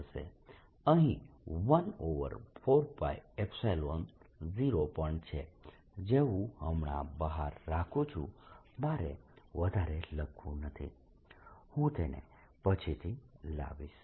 અહીં 14π0 પણ છે જે હું હમણાં બહાર રાખું છું મારે વધારે લખવું નથી હું તેને પછીથી લાવીશ